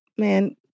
Man